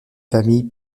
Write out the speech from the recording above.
famille